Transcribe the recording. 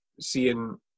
seeing